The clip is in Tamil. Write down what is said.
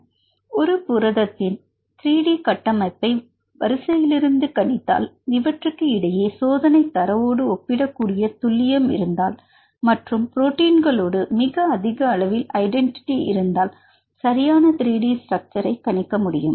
மாணவர் ஒத்த ஒரு புரதத்தின் 3 டி கட்டமைப்பை வரிசையிலிருந்து கணித்தால் இவற்றுக்கு இடையே சோதனைத் தரவோடு ஒப்பிடக்கூடிய துல்லியம் இருந்தால் மற்றும் புரோட்டின்களோடு மிக அதிக அளவில் ஐடென்டிட்டி இருந்தால் சரியான 3D ஸ்ட்ரக்சர்ஐ கணிக்க முடியும்